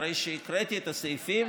אחרי שהקראתי את הסעיפים,